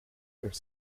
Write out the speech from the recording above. are